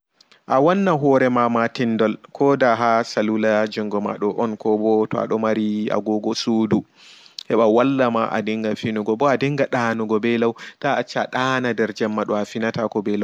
A wanna hoore ma matinɗol koɗa haa salula jungo maɗo on koɓo to aɗo mari agogo suɗu heɓa wallama aɗinga finugo ɓo aɗinga ɗaanugo ɓe lau ta a acca aɗana nɗeer jemma ɗo afinata ɓe lau.